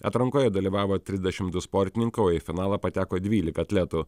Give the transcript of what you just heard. atrankoje dalyvavo trisdešim du sportininkai o į finalą pateko dvylika atletų